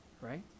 right